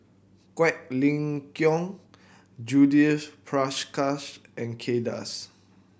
Quek Ling Kiong Judith Prakash and Kay Das